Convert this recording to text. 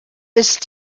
ist